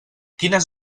quines